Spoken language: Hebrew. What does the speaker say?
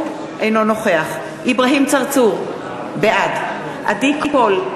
אינו נוכח אברהים צרצור, בעד עדי קול,